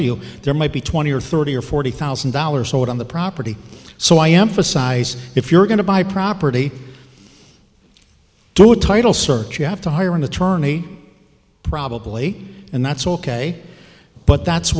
you there might be twenty or thirty or forty thousand dollars owed on the property so i emphasize if you're going to buy property do a title search you have to hire an attorney probably and that's ok but that's